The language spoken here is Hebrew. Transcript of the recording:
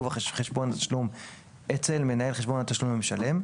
חשבון התשלום אצל מנהל חשבון התשלום למשלם,